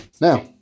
Now